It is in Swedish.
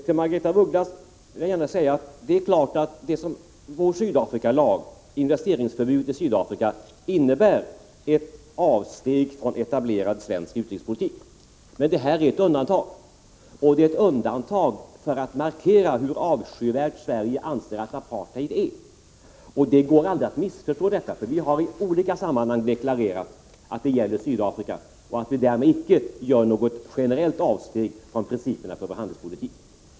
Till Margaretha af Ugglas vill jag gärna säga att det är klart att vår Sydafrikalag om förbud mot investeringar i Sydafrika innebär ett avsteg från etablerad svensk utrikespolitik. Men det är här fråga om ett undantag, och det görs för att markera hur avskyvärd Sverige anser att apartheid är. Det går aldrig att missförstå detta. Vi har nämligen i olika sammanhang deklarerat att avsteget gäller Sydafrika och att vi därmed icke gör något generellt avsteg från principerna för vår handelspolitik.